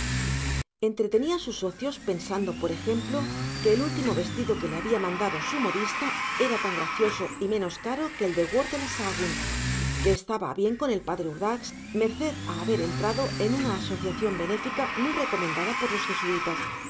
entretenía sus ocios pensando por ejemplo que el último vestido que le había mandado su modista era tan gracioso y menos caro que el de worth de la sahagún que estaba a bien con el padre urdax merced a haber entrado en una asociación benéfica muy recomendada por los jesuitas